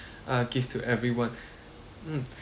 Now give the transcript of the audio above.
ah give to everyone mm